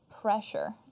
pressure